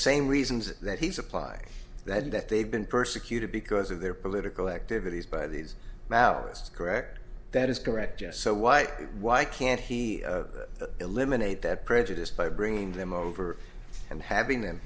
same reasons that he's applied that that they've been persecuted because of their political activities by these maoists correct that is correct yes so why why can't he eliminate that prejudice by bringing them over and having them